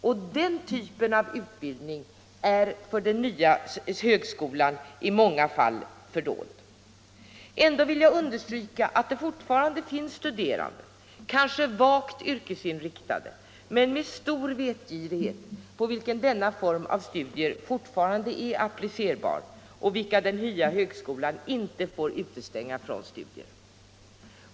Och den typen av utbildning är för den nya högskolan i många fall fördold. Ändå vill jag understryka att det fortfarande finns studerande, kanske vagt yrkesinriktade men med stor vetgirighet, på vilka denna form av studier fortfarande är applicerbar och vilka den nya högskolan inte får utestänga från studier.